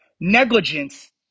Negligence